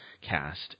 Cast